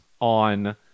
on